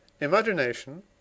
Imagination